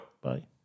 bye